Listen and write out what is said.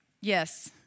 yes